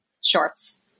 shorts